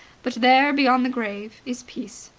but there, beyond the grave, is peace.